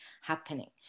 happening